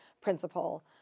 principle